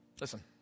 Listen